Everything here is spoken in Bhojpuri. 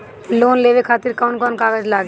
लोन लेवे खातिर कौन कौन कागज लागी?